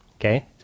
Okay